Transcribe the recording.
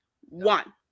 one